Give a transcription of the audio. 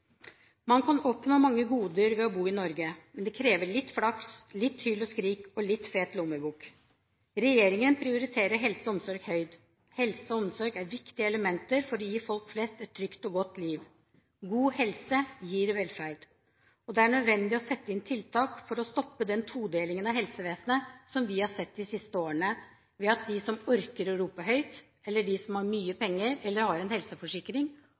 Man kan oppnå mange goder ved å bo i Norge, men det krever litt flaks, litt hyl og skrik og litt fet lommebok. Regjeringen prioriterer helse og omsorg høyt. Helse og omsorg er viktige elementer for å gi folk flest et trygt og godt liv. God helse gir velferd. Det er nødvendig å sette inn tiltak for å stoppe den todelingen av helsevesenet som vi har sett de siste årene, ved at de som orker å rope høyt, eller de som har mye penger eller en helseforsikring,